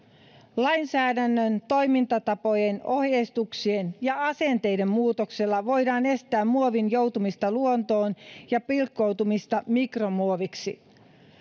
lainsäädännön toimintatapojen ohjeistuksien ja asenteiden muutoksella voidaan estää muovin joutumista luontoon ja pilkkoutumista mikromuoviksi